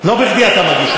לא בכדי אתה מגיש אותה.